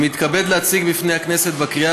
אני מתכבד להציג לפני הכנסת לקריאה